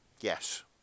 Yes